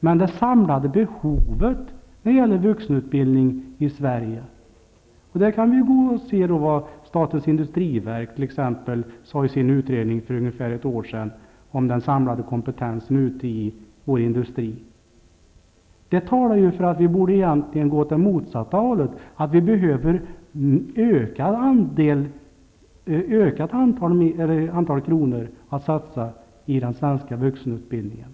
Men när det gäller vuxenutbildningen i Sverige är det fråga om det samlade behovet. Här kan man se vad t.ex. statens industriverk sade för ett år sedan i sin utredning om den samlade kompetensen ute i industrin. Det talar för att egentligen gå åt det motsatta hållet. Det behövs ett ökat antal kronor att satsa på den svenska vuxenutbildingen.